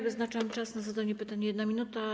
Wyznaczam czas na zadanie pytania - 1 minuta.